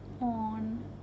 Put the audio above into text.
on